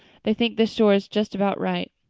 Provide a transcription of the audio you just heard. they think this shore is just about right.